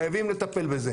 חייבים לטפל בזה.